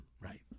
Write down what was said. Right